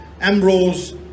Ambrose